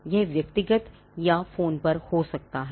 यह व्यक्तिगत या फोन पर हो सकता है